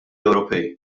ewropej